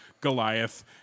Goliath